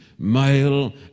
male